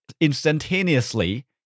instantaneously